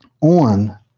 on